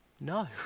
No